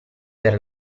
per